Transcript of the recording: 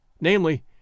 namely